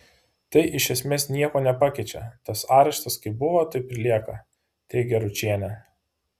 tai iš esmės nieko nepakeičia tas areštas kaip buvo taip ir lieka teigia ručienė